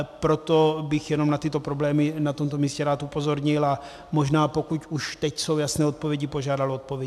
Proto bych jenom na tyto problémy na tomto místě rád upozornil a možná, pokud už teď jsou jasné odpovědi, požádal o odpovědi.